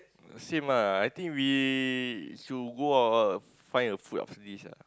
same lah I think we should go out ah find a food after this ah